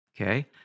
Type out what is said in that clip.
Okay